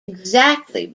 exactly